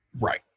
Right